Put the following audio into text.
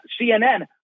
CNN